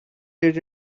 did